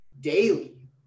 daily